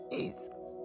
Jesus